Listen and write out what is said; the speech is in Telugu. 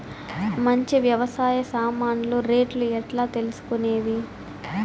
మంచి వ్యవసాయ సామాన్లు రేట్లు ఎట్లా తెలుసుకునేది?